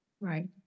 Right